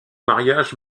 mariage